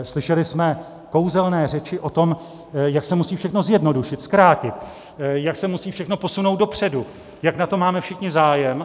Slyšeli jsme kouzelné řeči o tom, jak se musí všechno zjednodušit, zkrátit, jak se musí všechno posunout dopředu, jak na tom máme všichni zájem.